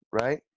right